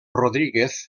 rodríguez